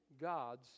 God's